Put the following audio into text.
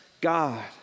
God